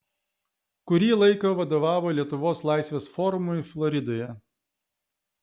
kurį laiką vadovavo lietuvos laisvės forumui floridoje